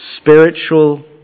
Spiritual